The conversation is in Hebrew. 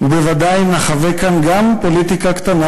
ובוודאי נחווה כאן גם פוליטיקה קטנה